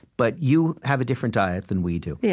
but you have a different diet than we do. yeah